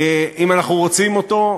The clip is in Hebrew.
אם אנחנו רוצים אותו,